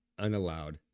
unallowed